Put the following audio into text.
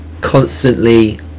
constantly